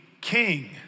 king